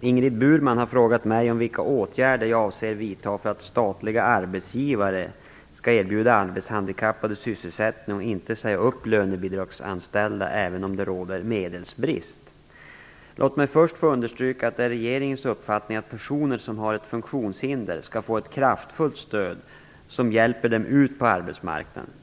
Ingrid Burman har frågat mig om vilka åtgärder jag avser vidta för att statliga arbetsgivare skall erbjuda arbetshandikappade sysselsättning och inte säga upp lönebidragsanställda även om det råder medelsbrist. Låt mig först få understryka att det är regeringens uppfattning att personer som har ett funktionshinder skall få ett kraftfullt stöd som hjälper dem ut på arbetsmarknaden.